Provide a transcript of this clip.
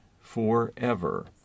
forever